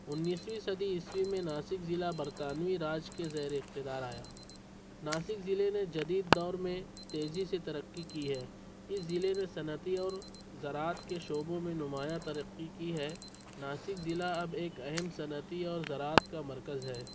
انیسویں صدی عیسوی میں ناسک ضلع برطانوی راج کے زیر اقتدار آیا ناسک ضلع میں جدید دور میں تیزی سے ترقی کی ہے اس ضلع میں صنعتی اور زراعت کے شعبوں میں نمایاں ترقی کی ہے ناسک ضلع اب ایک اہم صنعتی اور زراعت کا مرکز ہے